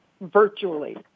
virtually